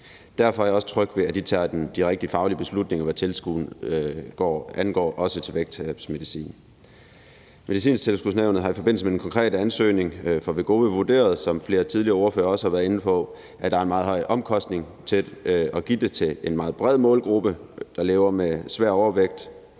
Derfor er jeg også tryg ved, at de tager de rigtige faglige beslutninger, hvad tilskud angår, også til vægttabsmedicin. Medicintilskudsnævnet har i forbindelse med den konkrete ansøgning i forbindelse med Wegovy vurderet, som flere tidligere ordførere også har været inde på, at der er en meget høj omkostning ved at give det til en meget bred målgruppe, der lever med svær overvægt.